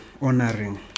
honoring